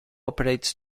operates